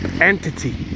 entity